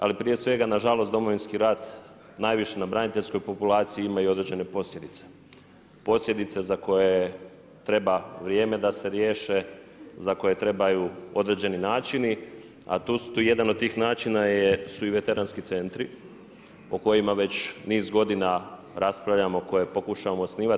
Ali prije svega na žalost Domovinski rat najviše na braniteljskoj populaciji ima i određene posljedice, posljedice za koje treba vrijeme da se riješe, za koje trebaju određeni načini a tu jedan od tih načina su i veterinarski centri o kojima već niz godina raspravljamo, koje pokušavamo osnivati.